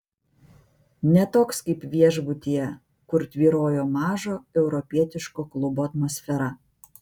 ne toks kaip viešbutyje kur tvyrojo mažo europietiško klubo atmosfera